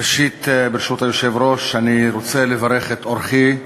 ראשית, ברשות היושב-ראש, אני רוצה לברך את אורחי,